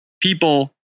people